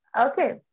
Okay